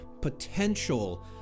potential